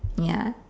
ya